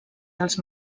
dels